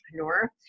entrepreneur